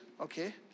okay